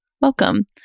Welcome